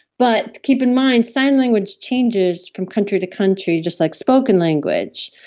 but keep in mind sign language changes from country to country, just like spoken language,